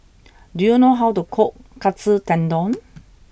do you know how to cook Katsu Tendon